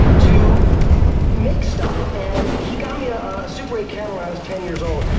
to make stuff, and he got me a ah super eight camera when i was ten years old.